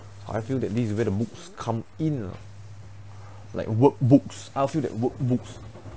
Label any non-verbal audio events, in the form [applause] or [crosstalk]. I feel that this is where the books come in lah [breath] like workbooks I'll feel that workbooks